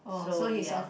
so ya